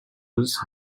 would